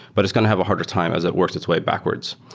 but it's going have a harder time as it works its way backwards.